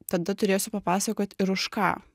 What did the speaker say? tada turėsiu papasakot ir už ką